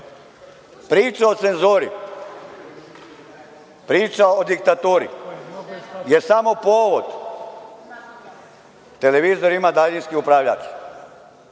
priča o cenzuri, priča o diktaturi je samo povod. Televizor ima daljinski upravljač,